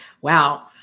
Wow